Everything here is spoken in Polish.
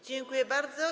Dziękuję bardzo.